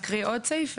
אקריא עוד סעיף,